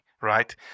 right